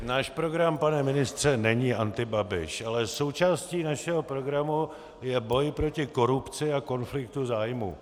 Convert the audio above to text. Náš program, pane ministře, není antibabiš, ale součástí našeho programu je boj proti korupci a konfliktu zájmů.